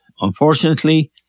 Unfortunately